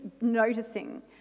noticing